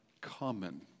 common